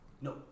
No